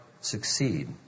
succeed